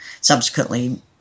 subsequently